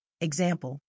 example